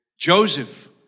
Joseph